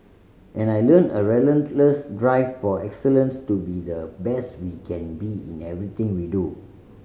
and I learnt a relentless drive for excellence to be the best we can be in everything we do